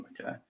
Okay